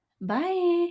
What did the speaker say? Bye